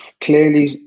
clearly